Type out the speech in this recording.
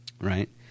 right